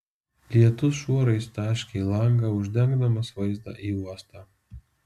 lietus šuorais taškė į langą uždengdamas vaizdą į uostą